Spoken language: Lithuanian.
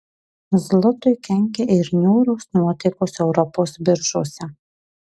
zlotui kenkia ir niūrios nuotaikos europos biržose